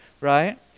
right